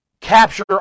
capture